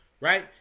right